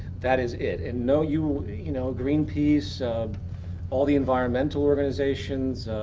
that is it. and no, you you know, greenpeace all the environmental organizations,